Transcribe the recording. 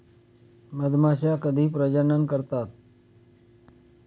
मधमाश्या कधी प्रजनन करतात?